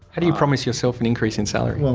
how do you promise yourself an increase in salary?